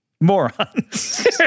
morons